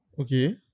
Okay